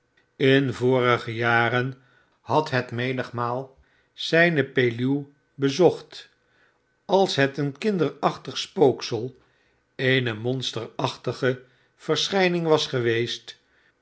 in vorige jaren had het menigmaal zijne peluw bezocht als het een kinderachtig spooksel eene monsterachtige verschijning was geweest